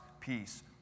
peace